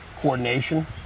coordination